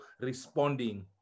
responding